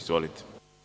Izvolite.